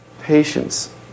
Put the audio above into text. patience